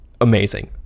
amazing